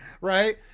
Right